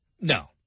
no